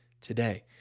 today